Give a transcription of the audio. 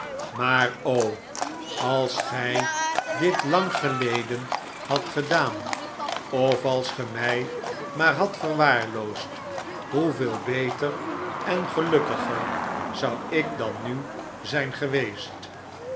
maar o als gij dit lang geleden hadt gedaan of als ge mij maar hadt verwaarloosd hoeveel beter en gelukkiger zou ik dan nu zijn geweest